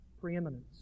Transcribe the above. Preeminence